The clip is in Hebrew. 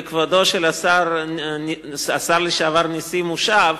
וכבודו של השר לשעבר נסים הושב,